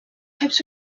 types